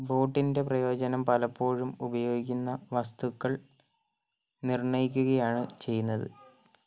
ബോട്ടിൻ്റെ പ്രയോജനം പലപ്പോഴും ഉപയോഗിക്കുന്ന വസ്തുക്കൾ നിർണ്ണയിക്കുകയാണ് ചെയ്യുന്നത്